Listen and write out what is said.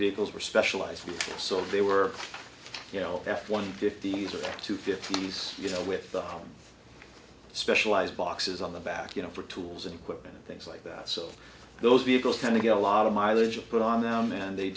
vehicles were specialized so they were you know f one fifty s or two fifty's you know with the specialized boxes on the back you know for tools and equipment and things like that so those vehicles kind of get a lot of mileage put on them and they